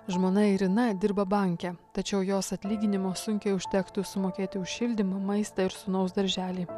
žmona irina dirba banke tačiau jos atlyginimo sunkiai užtektų sumokėti už šildymą maistą ir sūnaus darželį